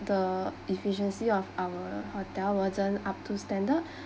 the efficiency of our hotel wasn't up to standard